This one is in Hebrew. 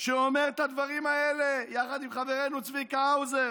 שאומר את הדברים האלה, יחד עם חברנו צביקה האוזר.